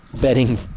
bedding